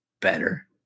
better